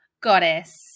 goddess